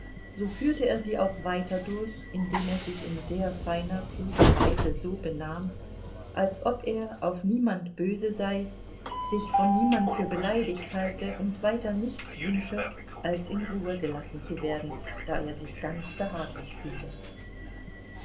so führte er sie auch weiter durch indem er sich in sehr feiner kluger weise so benahm als ob er auf niemand böse sei sich von niemand für beleidigt halte und weiter nichts wünsche als in ruhe gelassen zu werden da er sich ganz behaglich fühle